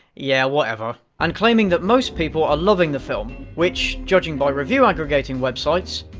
yeah, whatever. and claiming that most people are loving the film, which, judging by review aggregating websites,